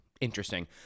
interesting